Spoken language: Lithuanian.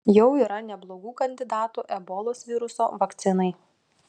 jau yra neblogų kandidatų ebolos viruso vakcinai